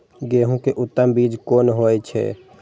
गेंहू के उत्तम बीज कोन होय छे?